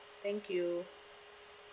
thank you